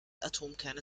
atomkerne